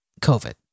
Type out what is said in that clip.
COVID